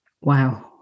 wow